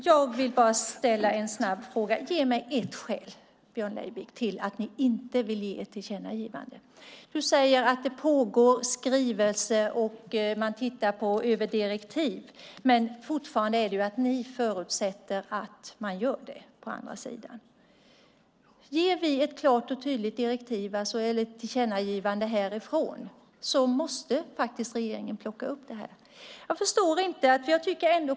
Herr talman! Jag vill ställa en snabb fråga. Ge mig ett skäl, Björn Leivik, till att ni inte vill ge ett tillkännagivande. Du säger att det pågår arbete med att skriva och att man tittar på ett direktiv. Men fortfarande förutsätter ni att man gör det på andra sidan. Ger vi ett klart och tydligt tillkännagivande härifrån måste regeringen plocka upp det. Jag förstår inte detta.